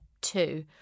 two